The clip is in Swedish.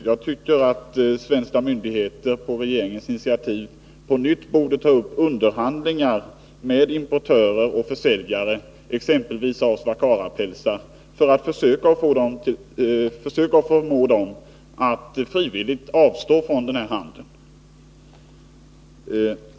Jag tycker att svenska myndigheter, på regeringens initiativ, på nytt borde ta upp underhandlingar med importörer och försäljare, exempelvis när det gäller swakarapälsar, för att försöka förmå dem att frivilligt avstå från handel.